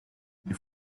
des